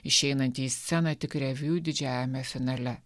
išeinantį į sceną tik reviu didžiajame finale